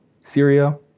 Syria